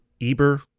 Eber-